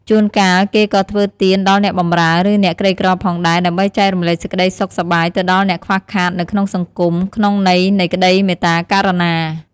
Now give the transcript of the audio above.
ជួនកាល គេក៏ធ្វើទានដល់អ្នកបម្រើ ឬអ្នកក្រីក្រផងដែរ ដើម្បីចែករំលែកសេចក្តីសុខសប្បាយទៅដល់អ្នកខ្វះខាតនៅក្នុងសង្គម ក្នុងន័យនៃក្តីមេត្តាករុណា។